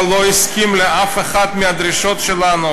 אבל לא הסכים לאף אחת מהדרישות שלנו